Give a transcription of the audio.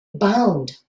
bound